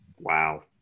Wow